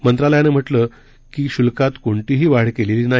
मंत्रालयानं म्हटलं आहे की शुल्कात कोणतीही वाढ केलेली नाही